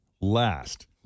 last